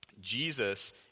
Jesus